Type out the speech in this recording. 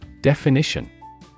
Definition